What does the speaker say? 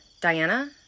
Diana